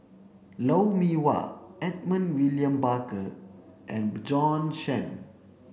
Lou Mee Wah Edmund William Barker and Bjorn Shen